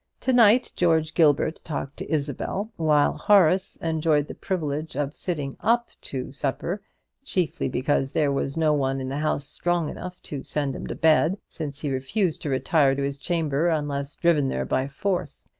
to-night george gilbert talked to isabel while horace enjoyed the privilege of sitting up to supper chiefly because there was no one in the house strong enough to send him to bed, since he refused to retire to his chamber unless driven there by force.